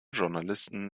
journalisten